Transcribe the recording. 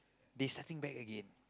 they starting back again